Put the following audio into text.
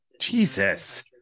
Jesus